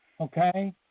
Okay